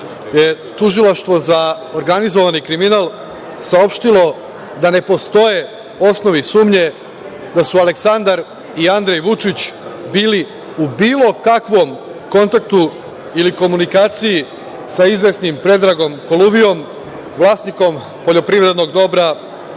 Tužilaštvo za organizovani kriminal saopštilo da ne postoje osnove i sumnje da su Aleksandar i Andrej Vučić bili u bilo kakvom kontaktu ili komunikaciji sa izvesnim Predragom Koluvijom, vlasnikom poljoprivrednog dobra „Jovanica“, a